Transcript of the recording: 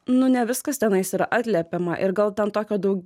nu ne viskas tenais yra atliepiama ir gal ten tokio daug